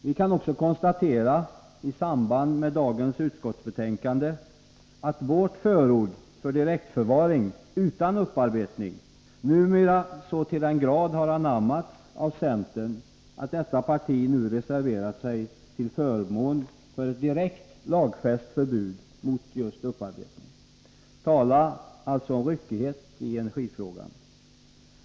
Vi kan i samband med dagens utskottsbetänkande också konstatera att vårt förord för direktförvaring utan upparbetning numera så till den grad har anammats av centern att detta parti nu reserverar sig till förmån för ett direkt lagfäst förbud mot just upparbetning. Tala om ryckighet i energifrågan!